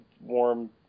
warm